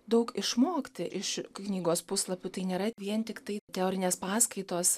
daug išmokti iš knygos puslapių tai nėra vien tiktai teorinės paskaitos